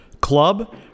club